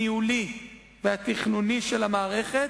הניהולי והתכנוני של המערכת,